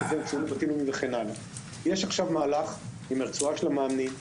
יש עכשיו מהלך לגבי המאמנים,